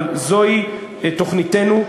אבל זוהי תוכניתנו,